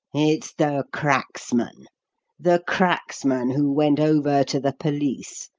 it's the cracksman' the cracksman who went over to the police.